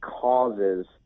causes